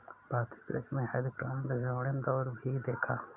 भारतीय कृषि ने हरित क्रांति का स्वर्णिम दौर भी देखा